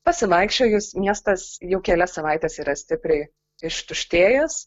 pasivaikščiojus miestas jau kelias savaites yra stipriai ištuštėjęs